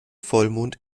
vollmond